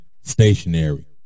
stationary